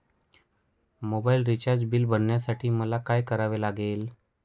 Mobile recharge bill भरण्यासाठी मला काय करावे लागेल?